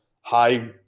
high